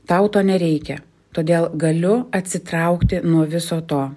tau to nereikia todėl galiu atsitraukti nuo viso to